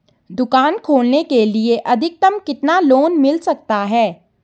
दुकान खोलने के लिए अधिकतम कितना लोन मिल सकता है?